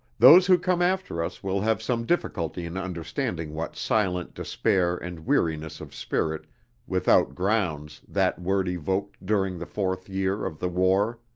those who come after us will have some difficulty in understanding what silent despair and weariness of spirit without grounds that word evoked during the fourth year of the war.